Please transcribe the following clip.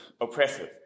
oppressive